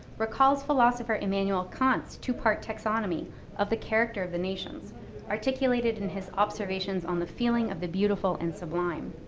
where cause philosopher immanuel kant's two-part taxonomy of the character of the nations articulated in his observations on the feeling of the beautiful and sublime.